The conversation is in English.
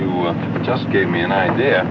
you just gave me an idea